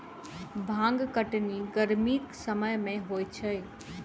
भांग कटनी गरमीक समय मे होइत छै